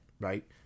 right